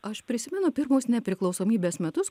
aš prisimenu pirmus nepriklausomybės metus